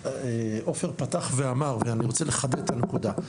עופר פתח ואמר, ואני רוצה לחדד את הנקודה.